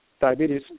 diabetes